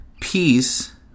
peace